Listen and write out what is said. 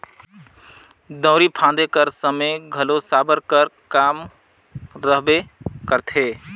दउंरी फादे कर समे घलो साबर कर काम रहबे करथे